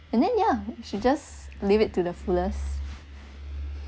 and then ya she just live it to the fullest